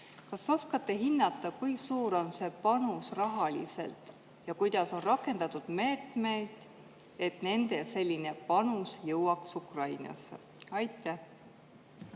Kas te oskate hinnata, kui suur see panus rahaliselt on? Ja kuidas on rakendatud meetmeid, et nende selline panus jõuaks Ukrainasse? Jah,